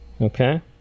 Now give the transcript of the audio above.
Okay